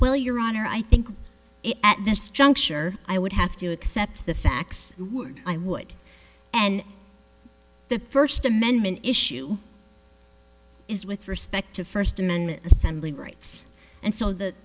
well your honor i think at this juncture i would have to accept the facts would i would and the first amendment issue is with respect to first amendment assembly rights and so th